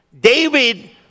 David